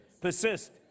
Persist